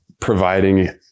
providing